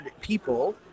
people